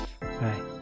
Bye